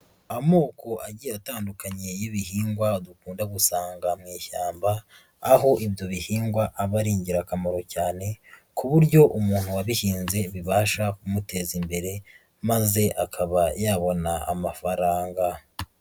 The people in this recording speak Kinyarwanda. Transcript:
Amoko agiye atandukanye y'ibihingwa dukunda gusanga mu ishyamba, aho ibyo bihingwa aba ari ingirakamaro cyane, ku buryo umuntu wabihinze bibasha kumuteza imbere maze akaba yabona amafaranga.